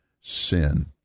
sin